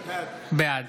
בעד